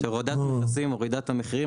הורדת מכסים מורידה את המחירים.